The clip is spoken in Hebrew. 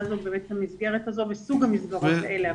זאת באמת המסגרת הזו וסוג המסגרות האלה.